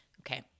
Okay